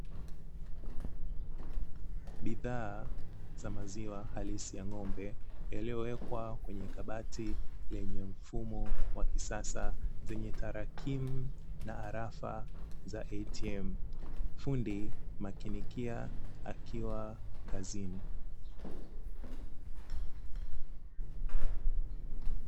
Bidhaa za maziwa halisi ya ng’ombe yaliyo wekwa kwenye kabati lenye mfumo wa kisasa zenye tarakimu na harafa za ATM, Fundi makenikia akiwa kazini.